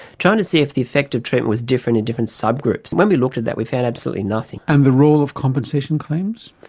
trying to see if the effect of treatment was different in different subgroups. and when we looked at that we found absolutely nothing. and the role of compensation claims?